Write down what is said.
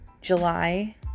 July